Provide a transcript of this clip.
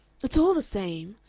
it's all the same,